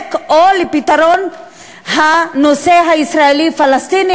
צודק או לפתרון הנושא הישראלי פלסטיני,